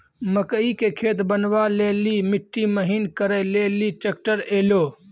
मकई के खेत बनवा ले ली मिट्टी महीन करे ले ली ट्रैक्टर ऐलो?